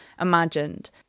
imagined